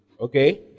Okay